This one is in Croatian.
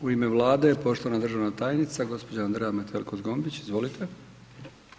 U ime Vlade poštovana državna tajnica gospođa Andreja Metelko Zgombić, izvolite.